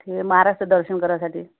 ते महाराष्ट्र दर्शन करायसाठी